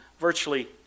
virtually